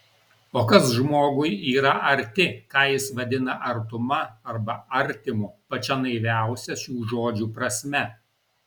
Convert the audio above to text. o kas žmogui yra arti ką jis vadina artuma arba artimu pačia naiviausia šių žodžių prasme